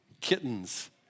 kittens